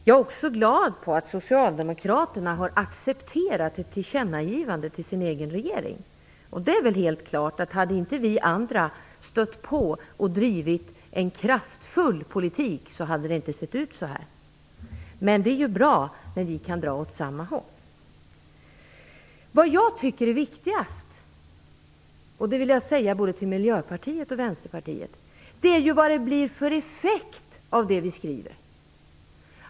Jag är också glad över att Socialdemokraterna har accepterat ett tillkännagivande till sin egen regering. Och det är väl helt klart att om inte vi andra hade stött på och drivit en kraftfull politik hade det inte sett ut på det sättet. Men det är ju bra när vi kan dra åt samma håll. Det som jag tycker är viktigast, vilket jag vill säga till både Miljöpartiet och Vänsterpartiet, är vad det blir för effekt av det som vi skriver.